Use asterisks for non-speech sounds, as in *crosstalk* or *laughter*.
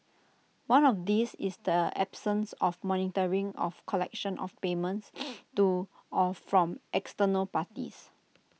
one of these is the absence of monitoring of collection of payments *noise* to or from external parties